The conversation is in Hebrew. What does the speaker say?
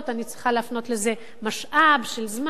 אני צריכה להפנות לזה משאב של זמן,